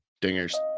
Dinger's